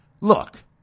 Look